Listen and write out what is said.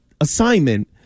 assignment